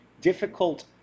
difficult